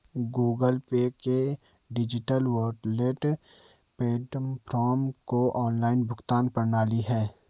Google Pay एक digital wallet platform और online भुगतान प्रणाली है